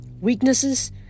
Weaknesses